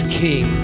king